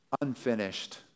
Unfinished